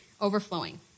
overflowing